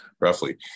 roughly